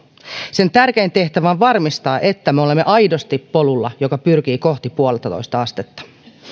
sen tärkein tehtävä on varmistaa että me olemme aidosti polulla joka pyrkii kohti yhtä pilkku viittä astetta